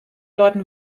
leuten